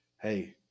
hey